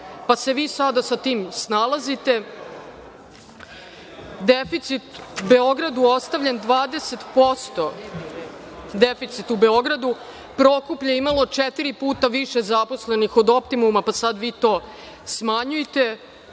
pa si ve sad sa tim snalazite. Deficit Beogradu ostavljen 20%, Prokuplje je imalo četiri puta više zaposlenih kod Optimuma pa sad vi to smanjujte.